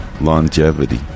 longevity